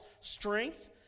strength